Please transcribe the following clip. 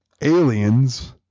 aliens